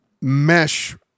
mesh